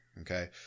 Okay